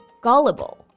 gullible